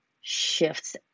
shifts